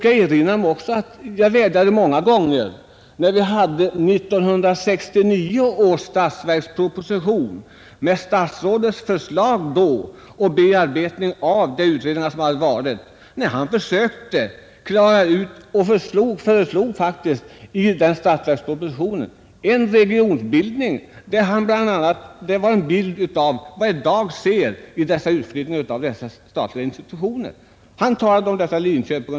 Jag vädjade om det många gånger, när vi hade att ta ställning till 1969 års statsverksproposition med statsrådets förslag och bearbetning av de utredningsresultat som framkommit. Där föreslogs faktiskt en regionsindelning som gav en bild av den utflyttning av statliga institutioner som nu kommer att ske.